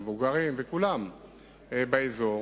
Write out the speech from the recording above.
למבוגרים ולכולם באזור.